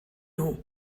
nhw